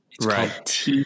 Right